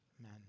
Amen